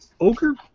ogre